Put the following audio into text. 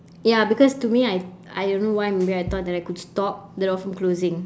ya because to me I I don't know why maybe I thought that I could stop the door from closing